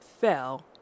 fell